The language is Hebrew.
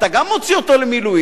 אתה גם מוציא אותו למילואים